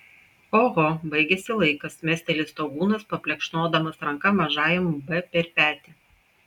oho baigėsi laikas mesteli staugūnas paplekšnodamas ranka mažajam b per petį